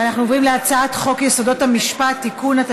אנחנו עוברים להצעת חוק יסודות המשפט (תיקון),